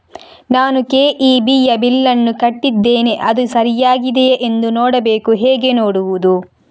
ನಾನು ಕೆ.ಇ.ಬಿ ಯ ಬಿಲ್ಲನ್ನು ಕಟ್ಟಿದ್ದೇನೆ, ಅದು ಸರಿಯಾಗಿದೆಯಾ ಎಂದು ನೋಡಬೇಕು ಹೇಗೆ ನೋಡುವುದು?